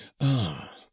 Ah